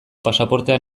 pasaportea